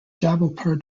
jabalpur